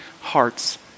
hearts